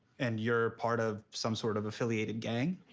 and you're part of some sort of affiliated gang?